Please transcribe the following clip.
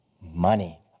money